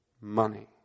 money